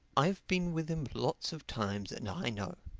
i've been with him lots of times and i know.